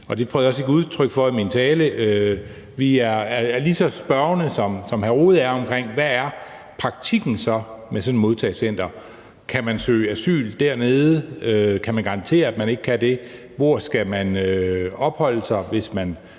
det prøvede jeg også at give udtryk for i min tale – lige så spørgende, som hr. Jens Rohde er, omkring, hvad der så er praktikken med sådan et modtagecenter. Kan man søge asyl dernede? Kan man garantere, at man ikke kan det? Hvor skal man opholde sig, hvis man